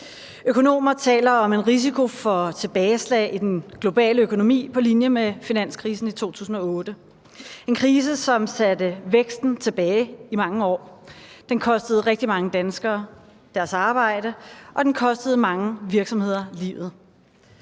Økonomer taler om en risiko for tilbageslag i den globale økonomi på linje med finanskrisen i 2008 – en krise, som satte væksten tilbage i mange år. Den kostede rigtig mange danskere deres arbejde, og den kostede mange virksomheder livet.